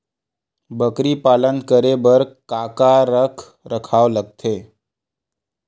बकरी पालन करे बर काका रख रखाव लगथे?